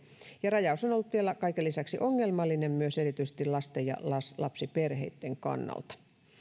ja että rajaus on ollut vielä kaiken lisäksi ongelmallinen myös erityisesti lasten ja lapsiperheitten kannalta